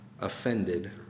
offended